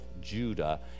Judah